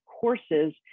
courses